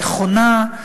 נכונה,